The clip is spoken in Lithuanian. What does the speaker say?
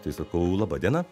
tai sakau laba diena